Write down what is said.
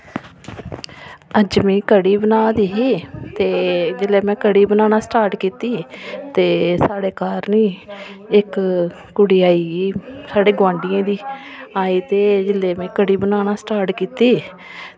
अज्ज में कढ़ी बना दी ही ते जेल्लै में कढ़ी बनाना स्टार्ट कीती ते साढ़े घर नी इक्क कुड़ी आई साढ़े गोआंढियें दी आई ते जेल्लै में कढ़ी बनाना स्टार्ट कीती